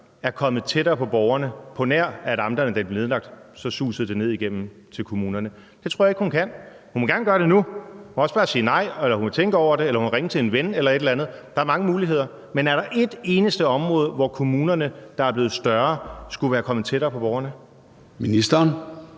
er kommet tættere på borgerne, på nær hvad der susede ned igennem til kommunerne, da amterne blev nedlagt? Det tror jeg ikke hun kan. Hun må gerne gøre det nu. Hun må også bare sige nej eller sige, at hun vil tænke over det, eller at hun vil ringe til en ven eller et eller andet. Der er mange muligheder. Men er der ét eneste område, hvor kommunerne, der er blevet større, skulle være kommet tættere på borgerne? Kl.